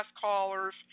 callers